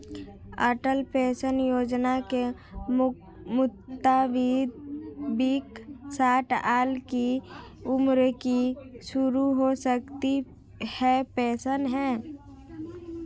अटल pension योजना के मुताबिक साठ साल की उम्र में शुरू हो सकती है पेंशन